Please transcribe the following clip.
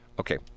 Okay